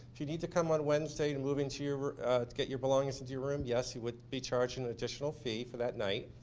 if you need to come on wednesday and move into your to get your belongings into your room, yes, you would be charged an additional fee for that night.